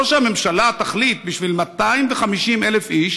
לא שהממשלה תחליט בשביל 250,000 איש